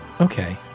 Okay